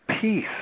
Peace